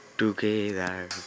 Together